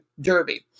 Derby